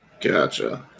Gotcha